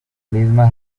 misma